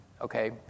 okay